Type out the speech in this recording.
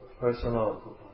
personal